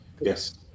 Yes